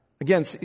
Again